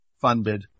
funded